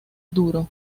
duro